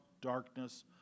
darkness